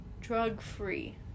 Drug-free